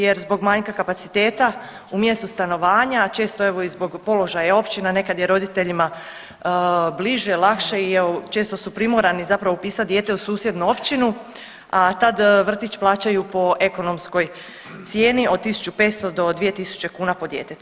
Jer zbog manjka kapaciteta u mjestu stanovanja, a često evo i zbog položaja općina nekad je roditeljima bliže, lakše i evo često su primorani zapravo upisati dijete u susjednu općinu, a tad vrtić plaćaju po ekonomskoj cijeni od 1500 do 2000 kuna po djetetu.